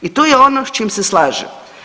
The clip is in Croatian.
I tu je ono s čim se slažem.